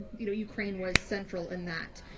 you know ukraine was central in that.